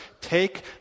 take